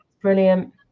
Brilliant